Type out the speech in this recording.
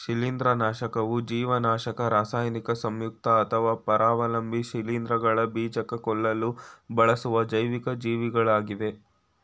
ಶಿಲೀಂಧ್ರನಾಶಕವು ಜೀವನಾಶಕ ರಾಸಾಯನಿಕ ಸಂಯುಕ್ತ ಅಥವಾ ಪರಾವಲಂಬಿ ಶಿಲೀಂಧ್ರಗಳ ಬೀಜಕ ಕೊಲ್ಲಲು ಬಳಸುವ ಜೈವಿಕ ಜೀವಿಗಳಾಗಿವೆ